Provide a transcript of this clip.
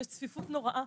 יש צפיפות נוראה,